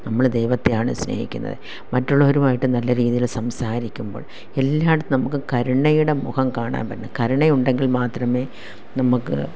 നമ്മള് ദൈവത്തെയാണ് സ്നേഹിക്കുന്നത് മറ്റുള്ളവരുമായിട്ട് നല്ല രീതിയില് സംസാരിക്കുമ്പോൾ എല്ലായിടത്തും നമുക്ക് കരുണയുടെ മുഖം കാണാൻ പറ്റണം കരുണ ഉണ്ടെങ്കിൽ മാത്രമേ നമുക്ക്